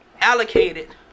allocated